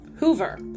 Hoover